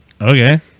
Okay